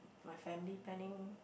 my family planning